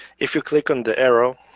if you click on the arrow,